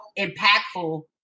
impactful